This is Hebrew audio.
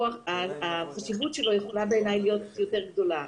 החשיבות שלו יכולה להיות יותר גדולה.